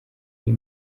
iyi